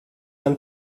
ein